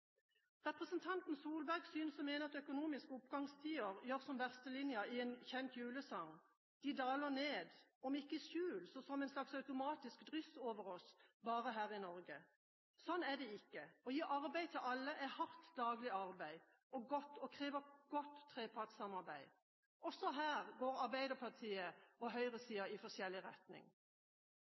Representanten Solberg synes å mene at økonomiske oppgangstider gjør som verselinja i en kjent julesang: De daler ned – om ikke i skjul, så som et slags automatisk dryss over oss, bare her i Norge. Sånn er det ikke. Å gi arbeid til alle er hardt, daglig arbeid og krever godt trepartssamarbeid. Også her går Arbeiderpartiet og høyresida i forskjellig retning.